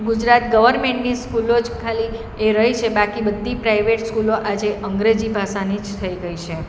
ગુજરાત ગવર્મેન્ટની સ્કૂલો જ ખાલી એ રહી છે બાકી બધી પ્રાઇવેટ સ્કૂલો આજે અંગ્રેજી ભાષાની જ થઈ ગઈ છે